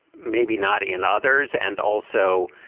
maybe not in others and also,